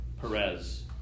Perez